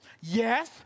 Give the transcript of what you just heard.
Yes